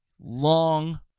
long